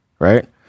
Right